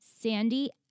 Sandy